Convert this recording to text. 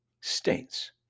states